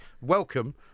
Welcome